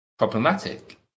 Problematic